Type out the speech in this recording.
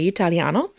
Italiano